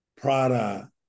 prada